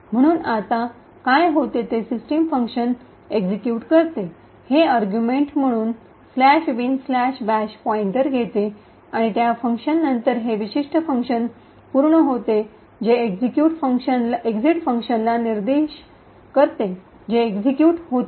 म्हणून आता काय होते ते सिस्टीम फंक्शन कार्यान्वित करते हे अर्ग्युमेंट म्हणून " bin bash" पॉईंटर घेते आणि त्या फंक्शन नंतर हे विशिष्ट फंक्शन पूर्ण होते जे एक्झिट फंक्शनला निर्देशित करते जे एक्सिक्यूट होते